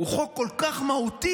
הוא חוק כל כך מהותי.